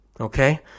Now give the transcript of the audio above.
okay